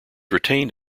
retained